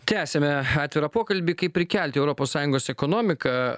tęsiame atvirą pokalbį kaip prikelti europos sąjungos ekonomiką